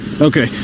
Okay